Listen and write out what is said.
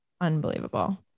unbelievable